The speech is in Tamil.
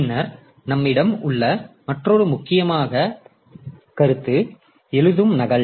பின்னர் நம்மிடம் உள்ள மற்றொரு மிக முக்கியமான கருத்து எழுதும் நகல்